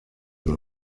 will